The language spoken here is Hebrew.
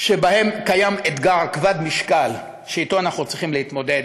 שבהם קיים אתגר כבד משקל שאתו אנחנו צריכים להתמודד,